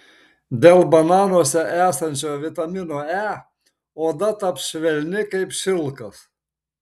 dėl bananuose esančio vitamino e oda taps švelni kaip šilkas